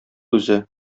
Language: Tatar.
үзе